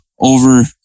over